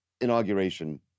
inauguration